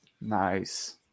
Nice